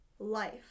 life